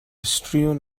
strewn